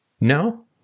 No